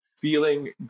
feeling